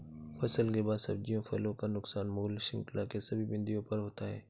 फसल के बाद सब्जियों फलों का नुकसान मूल्य श्रृंखला के सभी बिंदुओं पर होता है